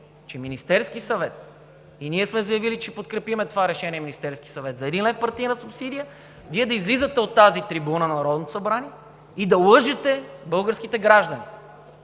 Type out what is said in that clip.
положение че ние сме заявили, че ще подкрепим това решение на Министерския съвет – за един лев партийна субсидия, а Вие да излизате от тази трибуна на Народното събрание и да лъжете българските граждани,